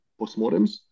postmortems